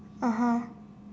(uh huh)